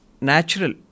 natural